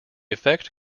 effect